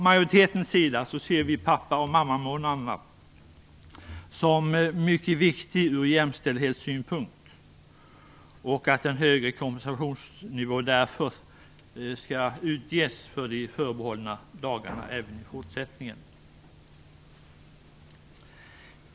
Majoriteten ser pappa och mammamånaderna som mycket viktig från jämställdhetssynpunkt och anser därför att en högre kompensation skall lämnas för de förbehållna dagarna även i fortsättningen.